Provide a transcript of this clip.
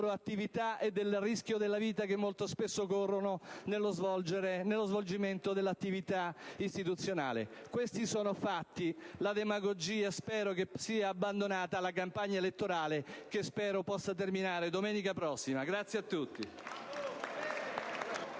loro attività e del rischio della vita, che molto spesso corrono nello svolgimento dell'attività istituzionale. Questi sono fatti. La demagogia spero sia abbandonata alla campagna elettorale, che spero possa terminare domenica prossima. *(Applausi